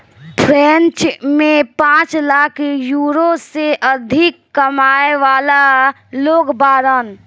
French में पांच lakh euro से अधिक कमाए वाला लोग बाड़न